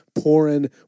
pouring